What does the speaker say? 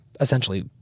essentially